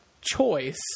choice